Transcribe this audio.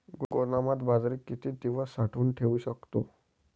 गोदामात बाजरी किती दिवस साठवून ठेवू शकतो?